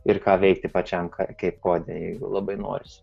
ir ką veikti pačiam kaip kode jeigu labai norisi